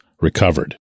recovered